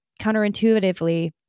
counterintuitively